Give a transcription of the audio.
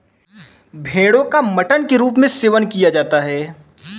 भेड़ो का मटन के रूप में सेवन किया जाता है